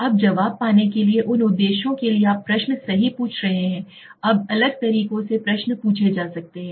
अब जवाब पाने के लिए इन उद्देश्यों के लिए आप प्रश्न सही पूछ रहे हैं अब अलग तरीको से प्रश्न पूछे जा सकते हैं